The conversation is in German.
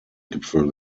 gipfel